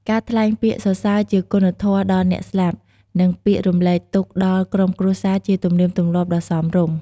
ការថ្លែងពាក្យសរសើរជាគុណធម៌ដល់អ្នកស្លាប់ និងពាក្យរំលែកទុក្ខដល់ក្រុមគ្រួសារជាទំនៀមទម្លាប់ដ៏សមរម្យ។